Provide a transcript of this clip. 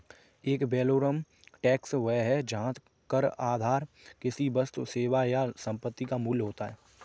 add valorem tax वह है जहां कर आधार किसी वस्तु, सेवा या संपत्ति का मूल्य होता है